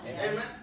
Amen